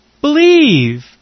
Believe